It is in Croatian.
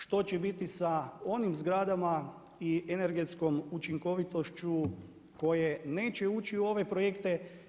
Što će biti sa onim zgradama i energetskom učinkovitošću koje neće ući u ove projekte.